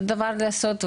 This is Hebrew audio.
אותו דבר לעשות,